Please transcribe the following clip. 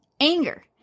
anger